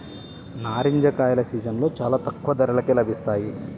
నారింజ కాయల సీజన్లో చాలా తక్కువ ధరకే లభిస్తాయి